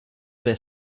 their